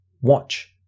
watch